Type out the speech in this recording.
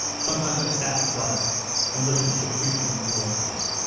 sometimes i sat in the dark and listened to the creaking of the old house